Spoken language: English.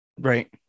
Right